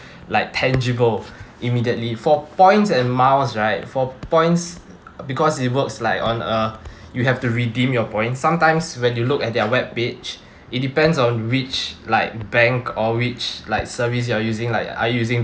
like tangible immediately for points and miles right for points because it works like on uh you have to redeem your point sometimes when you look at their webpage it depends on which like the bank or which like service you are using like are you using